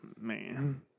man